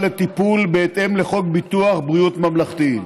לטיפול בהתאם לחוק ביטוח בריאות ממלכתי.